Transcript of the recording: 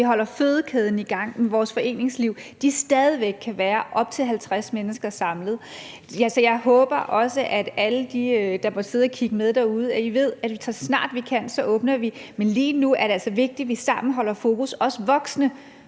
vi holder fødekæden i gang, vores foreningsliv – stadig væk kan være op til 50 mennesker samlet. Så jeg håber også, at alle I, der måtte sidde derude og kigge med, ved, at så snart vi kan, åbner vi. Men lige nu er det altså vigtigt, vi som voksne sammen holder fokus på,